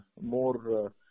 more